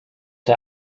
der